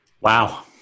Wow